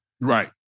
Right